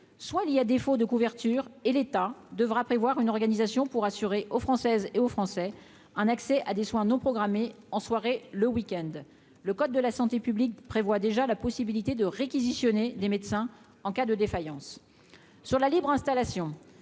soit il y a défaut de couverture et l'État devra prévoir une organisation pour assurer aux Françaises et aux Français, un accès à des soins non programmés en soirée le week-end, le code de la santé publique prévoit déjà la possibilité de réquisitionner des médecins en cas de défaillance sur la libre installation